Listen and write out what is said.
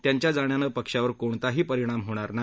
त्यांच्या जाण्याने पक्षावर कोणताही परिणाम होणार नाही